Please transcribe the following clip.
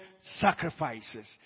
sacrifices